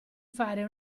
fare